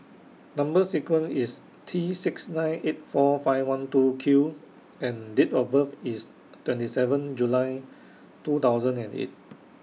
Number sequence IS T six nine eight four five one two Q and Date of birth IS twenty seven July two thousand and eight